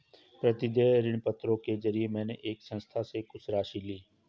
प्रतिदेय ऋणपत्रों के जरिये मैंने एक संस्था से कुछ राशि ली